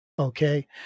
Okay